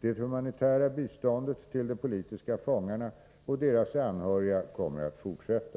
Det humanitära biståndet till de politiska fångarna och deras anhöriga kommer att fortsätta.